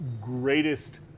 greatest